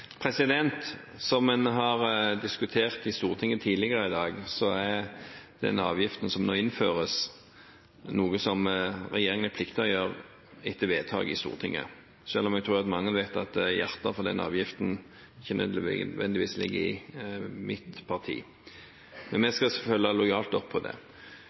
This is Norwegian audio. Som en har diskutert i Stortinget tidligere i dag, er den avgiften som nå innføres, noe som regjeringen er pliktig å gjøre etter vedtak i Stortinget, selv om jeg tror at mange vet at hjertet for den avgiften ikke nødvendigvis ligger i mitt parti. Men vi skal selvfølgelig følge det lojalt opp. I den situasjonen som en her beskriver, at det